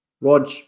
Rog